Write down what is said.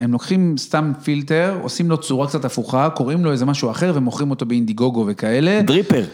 הם לוקחים סתם פילטר, עושים לו צורה קצת הפוכה, קוראים לו איזה משהו אחר ומוכרים אותו באינדיגוגו וכאלה. דריפר.